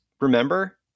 remember